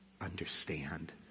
understand